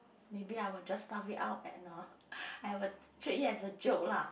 maybe I will just laugh it out and uh I will treat it as a joke lah